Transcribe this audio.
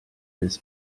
des